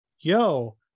Yo